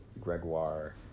Gregoire